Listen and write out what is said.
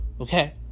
Okay